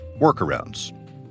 workarounds